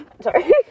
Sorry